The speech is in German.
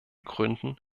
gründen